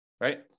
Right